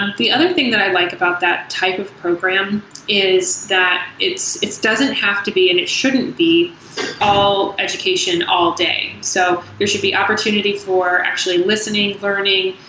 ah the other thing that i like about that type of program is that it doesn't have to be and it shouldn't be all education all day. so there should be opportunity for actually listening, learning,